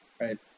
Right